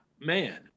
man